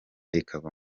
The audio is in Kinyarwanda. ikava